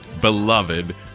beloved